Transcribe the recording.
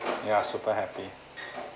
ya super happy